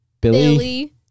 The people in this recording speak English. Billy